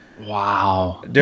Wow